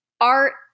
art